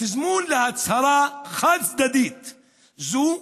התזמון להצהרה חד-צדדית זו,